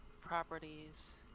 properties